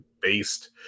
based